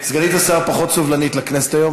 סגנית השר פחות סובלנית לכנסת היום,